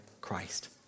Christ